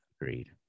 agreed